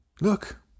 Look